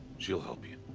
she'll help you.